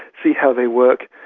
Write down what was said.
see how they work,